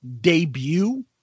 Debut